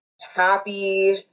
happy